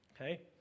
okay